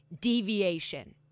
Deviation